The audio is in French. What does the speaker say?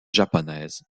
japonaise